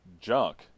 junk